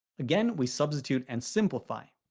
again, we substitute and simplify.